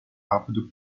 rápido